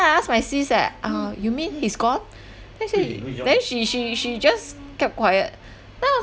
then I asked my sis eh uh you mean he's gone then she then she she she just kept quiet then I was